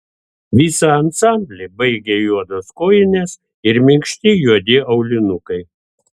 visą ansamblį baigė juodos kojinės ir minkšti juodi aulinukai